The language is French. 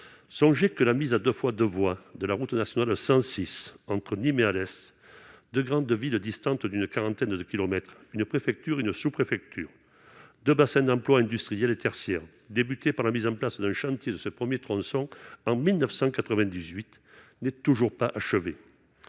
songez que la mise à 2 fois 2 voies de la route nationale 106 entre Nîmes et Alès de grandes villes distantes d'une quarantaine de km une préfecture une sous-préfecture de bassins d'emplois industriels et tertiaires débuté par la mise en place d'un chantier de ce 1er tronçon en 1998 n'est toujours pas achevé,